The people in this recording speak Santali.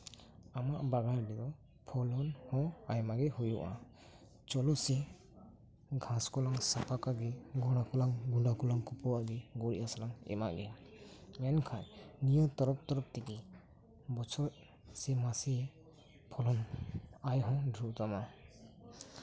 ᱟᱢᱟᱜ ᱵᱟᱜᱟᱱ ᱨᱮᱫᱚ ᱯᱷᱚᱞᱚᱱ ᱦᱚ ᱯᱷᱚᱞᱚᱱ ᱦᱚᱸ ᱟᱭᱢᱟ ᱜᱮ ᱦᱩᱭᱩᱜᱼᱟ ᱪᱚᱞᱚᱥᱮ ᱜᱷᱟᱥ ᱠᱚᱞᱟᱝ ᱥᱟᱯᱷᱟ ᱠᱟᱜ ᱜᱮ ᱜᱚᱲᱟ ᱠᱚᱞᱟᱝ ᱜᱚᱲᱟ ᱠᱚᱞᱟᱝ ᱯᱩ ᱟᱜ ᱜᱮ ᱜᱩᱨᱤᱪ ᱦᱟᱥᱟ ᱞᱟᱝ ᱮᱢᱟᱜ ᱜᱮ ᱢᱮᱱᱠᱷᱟᱱ ᱱᱤᱭᱟ ᱛᱚᱨᱚᱯᱷ ᱛᱮᱜᱮ ᱵᱚᱪᱷᱚᱨ ᱥᱮ ᱢᱟᱥᱮ ᱯᱷᱚᱞᱚᱱ ᱟᱭ ᱦᱚᱸ ᱰᱷᱮᱨᱚᱜ ᱛᱟᱢᱟ